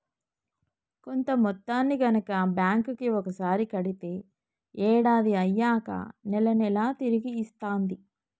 కొంత మొత్తాన్ని గనక బ్యాంక్ కి ఒకసారి కడితే ఏడాది అయ్యాక నెల నెలా తిరిగి ఇస్తాంది